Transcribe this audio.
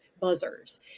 buzzers